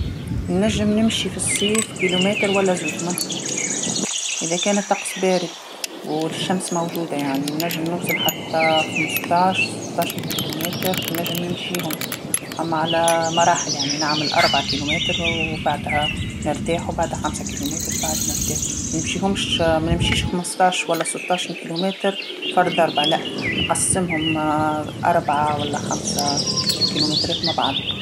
نجم نمشي في الصيف كيلومتر ولا زوج مانفوتش، إذا كان الطقس بارد وال- الشمس موجوده يعني نجم نوصل حتى خمسطاعش سطاعش كيلومتر نجم نمشيهم، أما على مراحل يعني نعمل أربع كيلومتر وبعدها نرتاح وبعدها خمسه كيلومتر وبعد نرتاح، مانمشيهمش مانمشيش خمساطعش ولا سطاعش كيلومتر في ضربه لأ، نقسمهم أربعه ولا خمسه كيلومترات مع بعضهم.